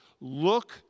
look